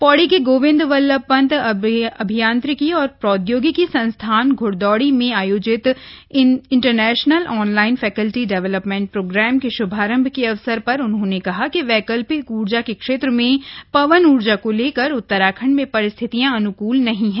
पौड़ी के गोविन्द बल्लभ पंत अभियांत्रिकी एवं प्रौद्योगिकी संस्थान घ्ड़दौड़ी में आयोजित international online faculty development programme के श्भारंभ के अवसर पर उन्होंने कहा कि वैकल्पिक ऊर्जा के क्षेत्र में पवन उर्जा को लेकर उत्तराखंड में परिस्थितियां अनुकूल नहीं हैं